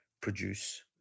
produce